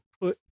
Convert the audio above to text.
put